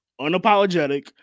unapologetic